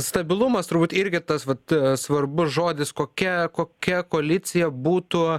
stabilumas turbūt irgi tas vat svarbus žodis kokia kokia koalicija būtų